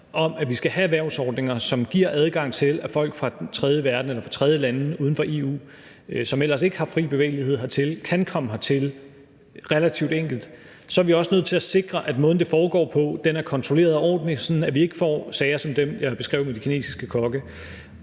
at vi skal have erhvervsordninger, som giver adgang til, at folk fra den tredje verden eller fra tredjelande uden for EU, som ellers ikke har fri bevægelighed hertil, kan komme hertil relativt enkelt, så er vi også nødt til at sikre, at måden, det foregår på, er kontrolleret og ordentlig, sådan at vi ikke får sager som dem, jeg beskrev med de kinesiske kokke.